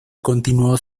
continuó